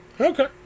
okay